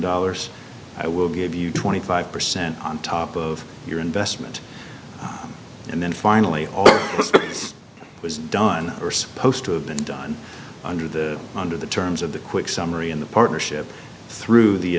dollars i will give you twenty five percent on top of your investment and then finally all this was done or supposed to have been done under the under the terms of the quick summary in the partnership through the